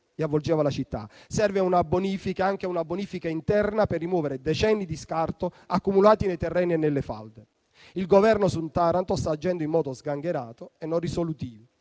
che avvolgeva la città. Serve una bonifica, anche una bonifica interna, per rimuovere decenni di scarto accumulati nei terreni e nelle falde. Il Governo su Taranto sta agendo in modo sgangherato e non risolutivo,